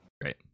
Great